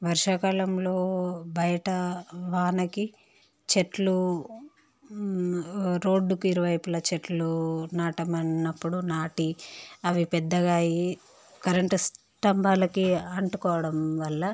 వర్షాకాలంలో బయట వానకి చెట్లు రోడ్డుకి ఇరువైపుల చెట్లు నాటమని అన్నప్పుడు నాటి అవి పెద్దగా అయ్యి కరెంటు స్తంభాలకి అంటుకోవడం వల్ల